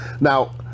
Now